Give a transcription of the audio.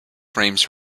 frames